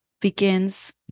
begins